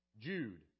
Jude